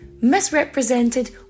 misrepresented